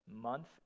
month